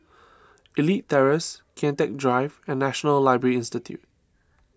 Elite Terrace Kian Teck Drive and National Library Institute